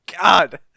God